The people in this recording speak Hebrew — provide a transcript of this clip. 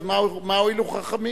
אז מה הועילו חכמים?